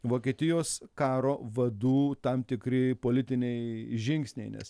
vokietijos karo vadų tam tikri politiniai žingsniai nes